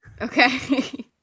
Okay